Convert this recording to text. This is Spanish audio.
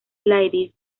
ladies